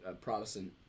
Protestant